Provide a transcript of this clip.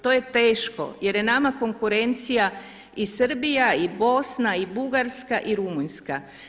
To je teško, jer je nama konkurencija i Srbija i Bosna i Bugarska i Rumunjska.